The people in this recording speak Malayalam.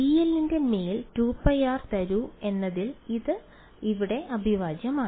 dl ന്റെ മേൽ 2πr തരൂ എന്നതിൽ അത് ഇവിടെ അവിഭാജ്യമാണ്